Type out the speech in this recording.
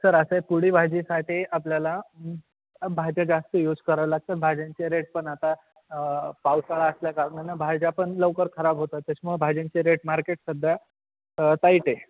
sir असं आहे पोळी भाजीसाठी आपल्याला भाज्या जास्त यूज कराव्या लागतात भाज्यांचे रेट्स पण आता पावसाळा असल्याकारणानं भाज्या पण लवकर खराब होतात त्याच्यामुळं भाज्यांचे रेट मार्केट सध्या टाईट आहे